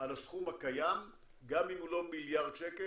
על הסכום הקיים, גם אם הוא לא מיליארד שקל.